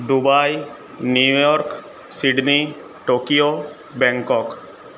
Dubai New York Sydney Tokyo Bangkok